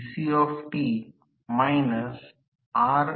तर परंतु क्षेत्र म्हणून रोटर ला फिरण्यास परवानगी देत नाही